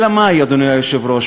אלא מאי, אדוני היושב-ראש?